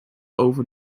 over